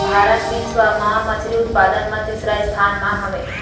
भारत बिश्व मा मच्छरी उत्पादन मा तीसरा स्थान मा हवे